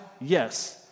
yes